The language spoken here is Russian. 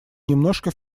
немножко